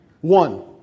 One